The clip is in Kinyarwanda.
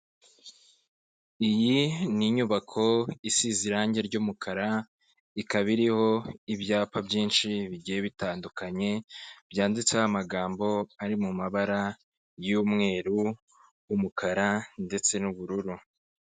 Iyi ni inyubako isize irangi ry'umukara, ikaba iriho ibyapa byinshi bigiye bitandukanye byanditseho amagambo ari mu mabara y'umweru, umukara ndetse n'ubururu.